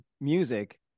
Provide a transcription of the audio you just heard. music